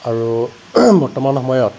আৰু বৰ্তমান সময়ত